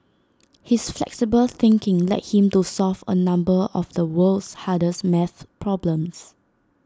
his flexible thinking led him to solve A number of the world's hardest math problems